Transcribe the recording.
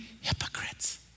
hypocrites